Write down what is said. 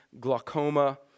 glaucoma